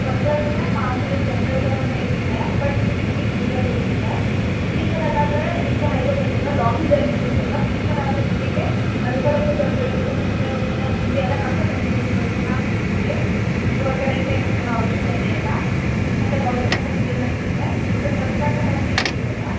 first class ಅಂದರೆ ಮಾಮೂಲಿ general ಥರಾನೇ ಇರುತ್ತೆ ಬಟ್ ನಿಮಗೆ ಸೀಟ್ ರಿಸರ್ವ್ ಇರುತ್ತೆ ಸ್ಲೀಪರಲ್ಲಿ ಅಂದರೆ ನಿಮ್ದು ಹೈದ್ರಾಬಾದ್ ಅಲ್ಲವಾ ಲಾಂಗ್ ಜರ್ನಿ ಇರುತ್ತಲ್ವಾ ಸ್ಲೀಪರ್ ಆದರೆ ನಿಮಗೆ ಮಲ್ಕೊಳಕ್ಕೂ ಜಾಗ ಇರತ್ತೆ ಮತ್ತು ಊಟ ತಿಂಡಿ ಎಲ್ಲ ನಮ್ಮದೇ ಫೆಸಿಲಿಟಿ ಕೊಡ್ತೀವಿ ನಾವೇ ಕೊಡ್ತೀವಿ ನೀವು ಹೊರ್ಗಡೆಯಿಂದ ಏನು ತರೋ ಅವಶ್ಯಕತೆ ಇಲ್ಲ ಮತ್ತು ವಾಶ್ರೂಮೆಲ್ಲ ಕ್ಲೀನಾಗಿರುತ್ತೆ ಬಟ್ ಫಸ್ಟ್ ಕ್ಲಾಸಲ್ಲಿ ಹಂಗೇನು ಇರೋಲ್ಲ